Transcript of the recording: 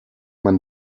man